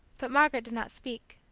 but margaret did not speak.